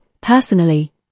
Personally